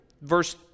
Verse